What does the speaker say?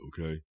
okay